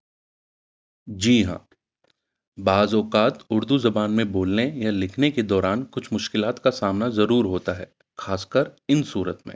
جی ہاں بعض اقات اردو زبان میں بولنے یا لکھنے کے دوران کچھ مشکلات کا سامنا ضرور ہوتا ہے خاص کر ان صورت میں